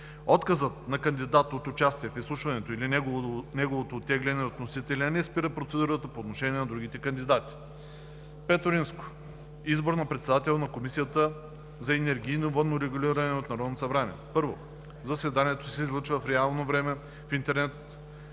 Отказът на кандидат от участие в изслушването или неговото оттегляне от вносителя не спира процедурата по отношение на другите кандидати. V. Избор на председател на Комисията за енергийно и водно регулиране от Народното събрание 1. Заседанието се излъчва в реално време в интернет